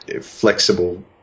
flexible